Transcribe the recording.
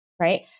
right